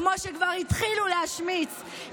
כמו שכבר התחילו להשמיץ,